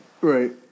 Right